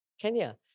Kenya